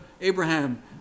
Abraham